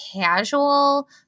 casual